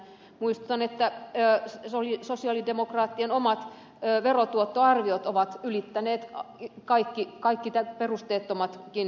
muistutan että sosialidemokraattien omat verotuottoarviot ovat ylittäneet kaikki perusteettomatkin ajatukset